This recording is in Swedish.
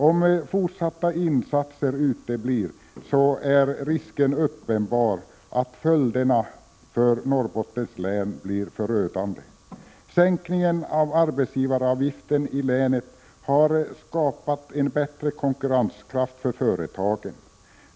Om fortsatta insatser uteblir, är risken uppenbar att följderna för Norrbottens län blir förödande. Sänkningen av arbetsgivaravgiften i länet har skapat en bättre konkurrenskraft för företagen.